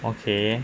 okay